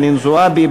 חנין זועבי,